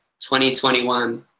2021